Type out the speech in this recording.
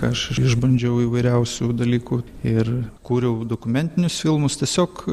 aš išbandžiau įvairiausių dalykų ir kūriau dokumentinius filmus tiesiog